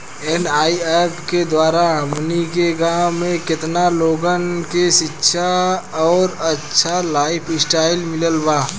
AIF के द्वारा हमनी के गांव में केतना लोगन के शिक्षा और अच्छा लाइफस्टाइल मिलल बा